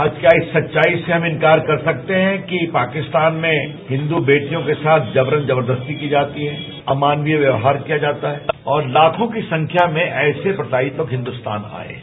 आज का इस सच्चाई से हम इंकार कर सकते हैं कि पाकिस्तान में हिन्दू वेटियों के साथ जबरन जबर्दस्ती की जाती है अमानवीय व्यवहार किया जाता है और लाखों की संख्या में ऐसे प्रताड़ित लोग हिन्दुस्तान आये हैं